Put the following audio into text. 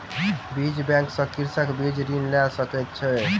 बीज बैंक सॅ कृषक बीज ऋण लय सकैत अछि